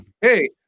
hey